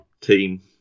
team